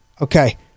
Okay